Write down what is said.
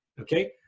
okay